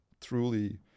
truly